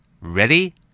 Ready